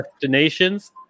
destinations